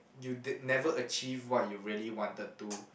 you d~ never achieve what you really wanted to